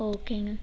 ஓகேங்க